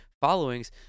followings